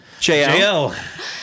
JL